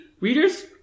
readers